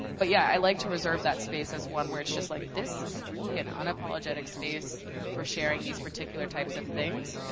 but yeah, i like to reserve that space as one where it's just like, this is really an unapologetic space for sharing these particular types of things.